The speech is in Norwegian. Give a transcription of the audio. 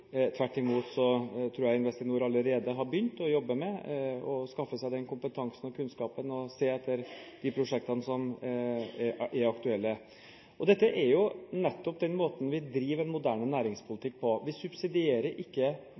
allerede har begynt å jobbe med å skaffe seg kompetansen og kunnskapen – og se etter de prosjektene som er aktuelle. Dette er måten vi driver en moderne næringspolitikk på. Vi subsidierer ikke